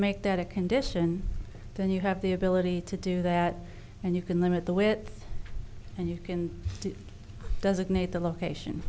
make that a condition then you have the ability to do that and you can limit the width and you can to designate the location